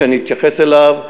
שאני אתייחס אליו,